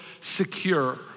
secure